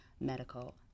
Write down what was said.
medical